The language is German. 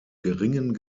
geringen